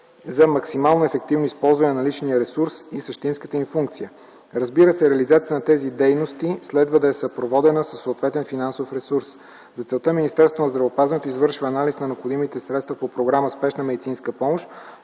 за максимално ефективно използване на наличния ресурс и същинската им функция. Разбира се, реализацията на тези дейности следва да е съпроводена със съответен финансов ресурс. За целта Министерството на здравеопазването извършва анализ на необходимите средства по програма „Спешна медицинска помощ”,